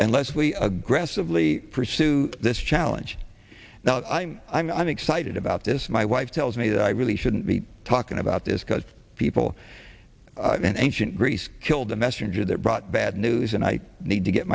leslie aggressively pursue this challenge now i'm i'm excited about this my wife tells me that i really shouldn't be talking about this because people ancient greece killed the messenger that brought bad news and i need to get